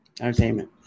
Entertainment